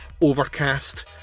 overcast